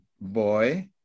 boy